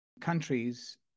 countries